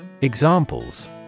Examples